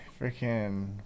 Freaking